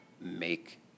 make